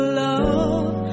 love